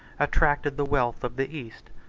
attracted the wealth of the east,